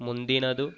ಮುಂದಿನದು